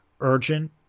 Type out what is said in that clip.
urgent